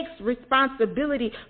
responsibility